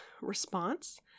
response